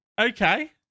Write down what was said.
Okay